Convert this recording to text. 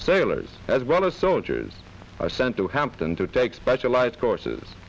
sailors as well as soldiers are sent to hampton to take specialized courses